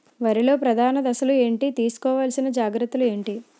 వరిలో ప్రధాన దశలు ఏంటి? తీసుకోవాల్సిన జాగ్రత్తలు ఏంటి?